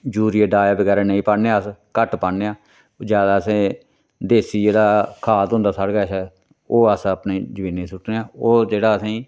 urea डाया बगैरा नेईं पान्ने अस घट्ट पान्ने आं ज्यादा असें देसी जेह्ड़ा खाद होंदा साढ़े कश ओह् अस अपनी जमीने च सुट्टने आं ओह् जेह्ड़ा असेंगी